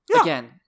Again